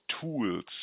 tools